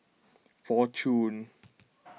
fortune